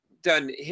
done